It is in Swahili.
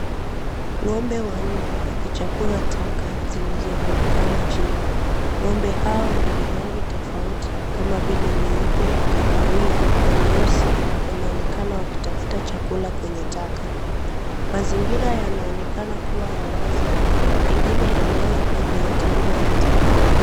Ng'ombe wanne wakichakura taka zilizorundikana chini, ng'ombe hao wenye rangi tofauti kama vile nyeupe, kahawia na nyeusi wanaonekana wakitafuta chakula kwenye taka, mazingira yanaonekana kuwa ya wazi pengine eneo iliyotengwa ya taka.